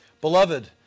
Beloved